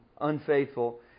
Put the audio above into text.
unfaithful